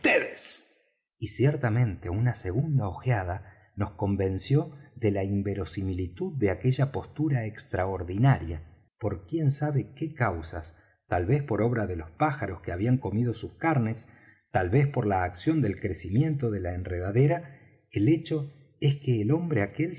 y ciertamente una segunda ojeada nos convenció de la inverosimilitud de aquella postura extraordinaria por quién sabe qué causas tal vez por la obra de los pájaros que habían comido sus carnes tal vez por la acción de crecimiento de la enredadera el hecho es que el hombre aquel